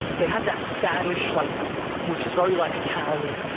they had that spanish, like which is very like italian,